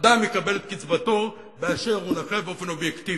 אדם יקבל את קצבתו באשר הוא נכה באופן אובייקטיבי,